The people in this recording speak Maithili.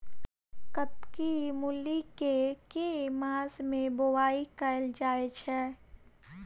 कत्की मूली केँ के मास मे बोवाई कैल जाएँ छैय?